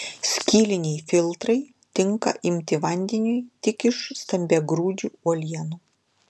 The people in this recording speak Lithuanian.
skyliniai filtrai tinka imti vandeniui tik iš stambiagrūdžių uolienų